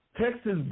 Texas